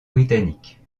britanniques